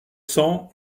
sang